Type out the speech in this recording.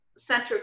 center